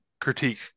critique